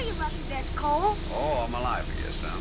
lucky vest, cole? oh, all my life, i guess, son.